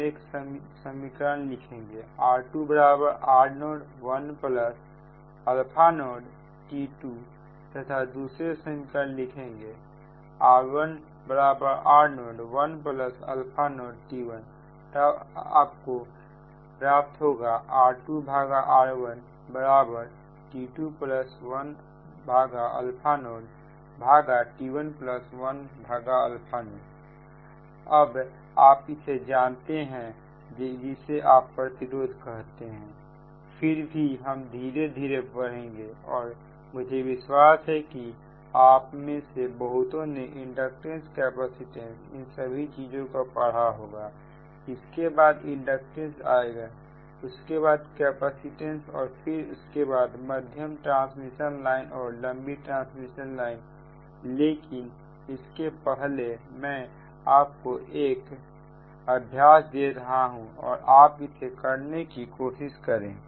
हम एक समीकरण लिखेंगे R2 R0 1α0T2 तथा दूसरा समीकरण लिखेंगे R1 R0 1α0T1 तब आपको प्राप्त होगा R2R1T210T110 अब आप इसे जानते हैं जिसे आप प्रतिरोध कहते हैं फिर भी हम इसे धीरे धीरे पढ़ेंगे और मुझे विश्वास है कि आप में से बहुतों ने इंडक्टेंस कैपेसिटेंस इन सभी चीजों को पढ़ा होगा इसके बाद इंडक्टेंस आएगा उसके बाद कैपेसिटेंस और फिर उसके बाद मध्यम ट्रांसमिशन लाइन और लंबी ट्रांसमिशन लाइन लेकिन इसके पहले मैं आपको एक अभ्यास दे रहा हूं और आप इसे करने की कोशिश करें